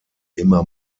immer